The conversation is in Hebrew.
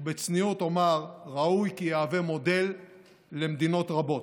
ובצניעות אומר: ראוי כי יהווה מודל למדינות רבות.